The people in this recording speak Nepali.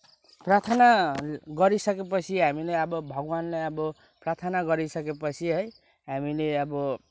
प्रार्थना गरिसके पछि हामीलाई अब भगवान्ले अब प्रार्थना गरिसके पछि है हामीले अब